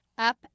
up